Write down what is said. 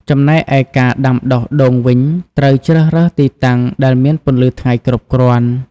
ចំណែកឯការដាំដុះដូងវិញ ត្រូវជ្រើសរើសទីតាំងដែលមានពន្លឺថ្ងៃគ្រប់គ្រាន់។